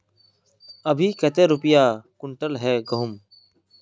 अभी कते रुपया कुंटल है गहुम?